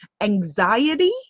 anxiety